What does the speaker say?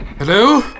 Hello